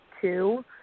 two